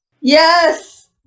yes